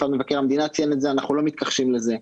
משרד מבקר המדינה ציין את זה ואנחנו לא מתכחשים לזה.